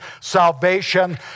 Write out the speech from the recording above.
salvation